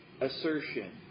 assertion